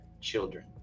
children